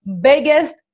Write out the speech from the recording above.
biggest